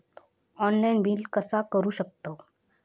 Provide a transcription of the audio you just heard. Online bill कसा करु शकतव?